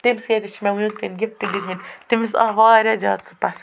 تٔمسٕے یٲتِس چھِ مےٚ وٕنیُک تانۍ گفٹ دتمِتۍ تٔمِس آو وارِیاہ زیادٕ سُہ پسنٛد